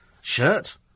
shirt